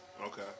Okay